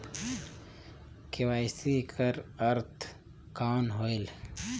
KYC कर अर्थ कौन होएल?